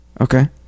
Okay